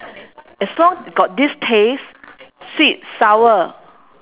as long got this taste sweet sour